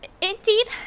Indeed